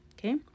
okay